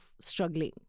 struggling